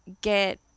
get